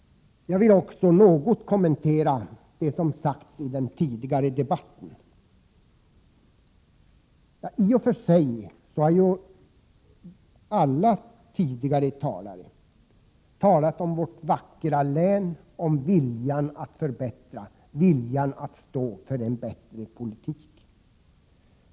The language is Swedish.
Jag vill också något kommentera det som tidigare har sagts här i debatten. Samtliga tidigare talare har i och för sig talat om vårt vackra län och om viljan att förbättra och att stå för en bättre politik.